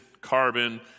carbon